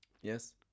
Yes